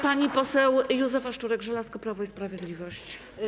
Pani poseł Józefa Szczurek-Żelazko, Prawo i Sprawiedliwość.